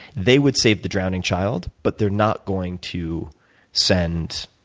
they would save the drowning child, but they're not going to send